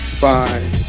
Bye